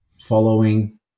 following